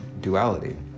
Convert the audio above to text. duality